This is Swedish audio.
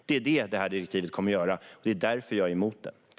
Det är det som detta direktiv kommer att göra, och det är därför som jag är emot det.